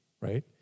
right